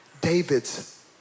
David's